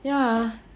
ya ah